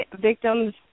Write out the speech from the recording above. victims